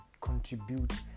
contribute